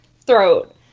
throat